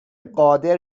قادر